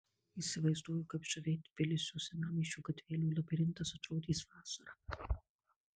įsivaizduoju kaip žaviai tbilisio senamiesčio gatvelių labirintas atrodys vasarą